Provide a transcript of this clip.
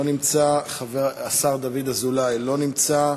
לא נמצא, השר דוד אזולאי, לא נמצא.